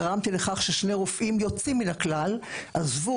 גרמתי לכך ששני רופאים יוצאים מן הכלל עזבו